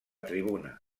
tribuna